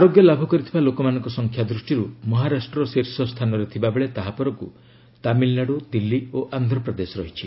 ଆରୋଗ୍ୟ ଲାଭ କରିଥିବା ଲୋକମାନଙ୍କ ସଂଖ୍ୟା ଦୃଷ୍ଟିର୍ ମହାରାଷ୍ଟ୍ର ଶୀର୍ଷ ସ୍ଥାନରେ ଥିବା ବେଳେ ତାହା ପରକୁ ତାମିଲନାଡ଼ୁ ଦିଲ୍ଲୀ ଓ ଆନ୍ଧ୍ରପ୍ରଦେଶ ରହିଛି